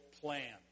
plan